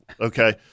okay